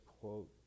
quote